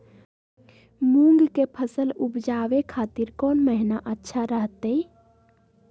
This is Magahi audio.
मूंग के फसल उवजावे खातिर कौन महीना अच्छा रहतय?